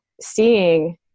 seeing